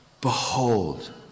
Behold